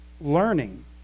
learning